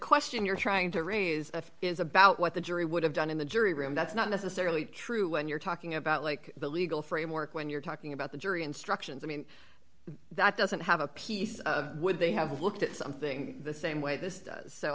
question you're trying to raise is about what the jury would have done in the jury room that's not necessarily true when you're talking about like but legal framework when you're talking about the jury instructions i mean that doesn't have a piece of wood they have looked at something the same way this